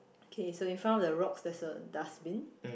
okay so in front of the rocks theres a dustbin